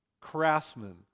Craftsmen